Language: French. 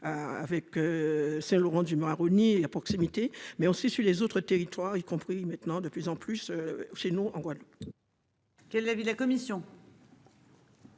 Saint-Laurent-du-Maroni et son environnement, mais aussi les autres territoires, y compris maintenant de plus en plus la Guadeloupe. Quel est l'avis de la commission ?